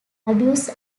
abuse